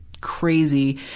crazy